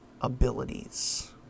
abilities